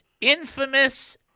infamous